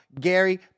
gary